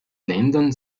ländern